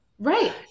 Right